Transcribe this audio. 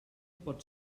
pot